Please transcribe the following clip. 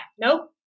Nope